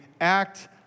act